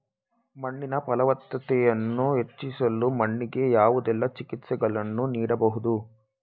ಮಣ್ಣಿನ ಫಲವತ್ತತೆಯನ್ನು ಹೆಚ್ಚಿಸಲು ಮಣ್ಣಿಗೆ ಯಾವೆಲ್ಲಾ ಚಿಕಿತ್ಸೆಗಳನ್ನು ನೀಡಬಹುದು?